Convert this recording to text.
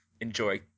enjoy